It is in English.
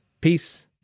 Peace